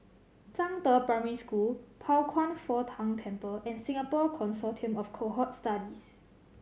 Zhangde Primary School Pao Kwan Foh Tang Temple and Singapore Consortium of Cohort Studies